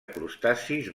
crustacis